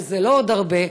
וזה לא עוד הרבה,